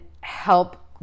help